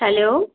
hello